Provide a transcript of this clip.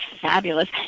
fabulous